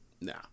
nah